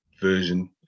version